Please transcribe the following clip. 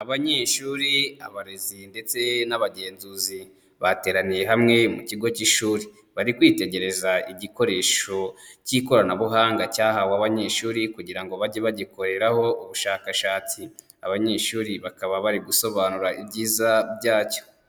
Abanyeshuri, abarezi ndetse n'abagenzuzi, bateraniye hamwe mu kigo cy'ishuri. Bari kwitegereza igikoresho cy'ikoranabuhanga cyahawe abanyeshuri kugira ngo bajye bagikoreraho ubushakashatsi. Abanyeshuri bakaba bari gusobanura ibyiza byacyo.